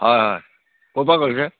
হয় হয় ক'ৰ পৰা কৰিছে